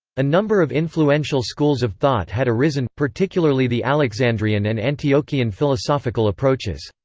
a number of influential schools of thought had arisen, particularly the alexandrian and antiochian philosophical approaches.